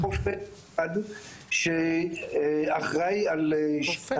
יש רק רופא אחד שאחראי על שני